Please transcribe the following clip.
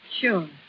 Sure